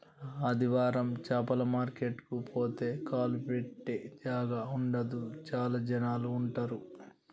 ఆదివారం చాపల మార్కెట్ కు పోతే కాలు పెట్టె జాగా ఉండదు చాల జనాలు ఉంటరు